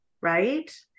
right